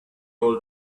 old